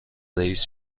رئیس